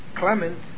Clement